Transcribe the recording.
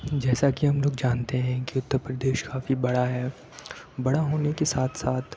جیسا کہ ہم لوگ جانتے ہیں کہ اتّر پردیش کافی بڑا ہے بڑا ہونے کے ساتھ ساتھ